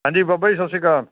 ਹਾਂਜੀ ਬਾਬਾ ਜੀ ਸਤਿ ਸ਼੍ਰੀ ਅਕਾਲ